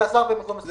זה עזר בקצת.